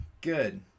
good